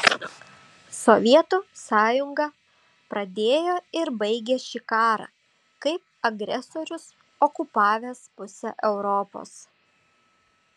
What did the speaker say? sovietų sąjunga pradėjo ir baigė šį karą kaip agresorius okupavęs pusę europos